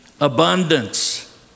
abundance